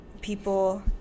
people